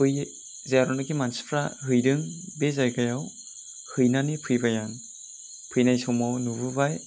बै जेरावनाखि मानसिफ्रा हैदों बे जायगायाव हैनानै फैबाय आं फैनाय समाव नुबोबाय